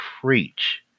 preach